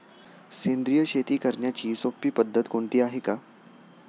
सेंद्रिय शेती करण्याची सोपी पद्धत कोणती आहे का?